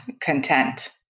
content